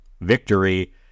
victory